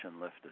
lifted